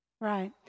Right